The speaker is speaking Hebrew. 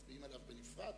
מצביעים עליו בנפרד.